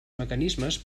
mecanismes